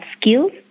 skills